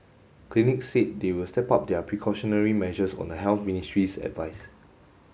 clinics said they will step up their precautionary measures on the Health Ministry's advice